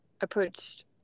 approached